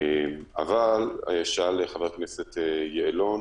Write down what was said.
אבל שאל חבר הכנסת יעלון